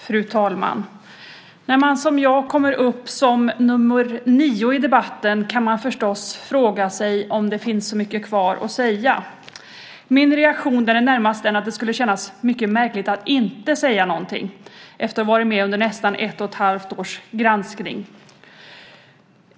Fru talman! När man som jag kommer upp som nr 9 i debatten kan man förstås fråga sig om det finns så mycket kvar att säga. Min reaktion är närmast att det skulle kännas mycket märkligt att inte säga någonting efter att ha varit med under nästan ett och ett halvt års granskning.